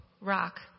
rock